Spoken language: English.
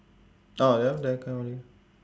orh ya then can already